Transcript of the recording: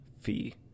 fee